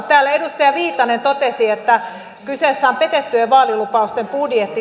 täällä edustaja viitanen totesi että kyseessä on petettyjen vaalilupausten budjetti